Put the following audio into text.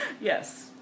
Yes